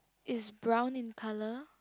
is brown in colour